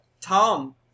Tom